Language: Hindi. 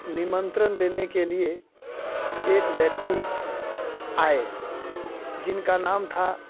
निमंत्रण देने के लिए एक व्यक्ति आए जिनका नाम था